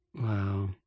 Wow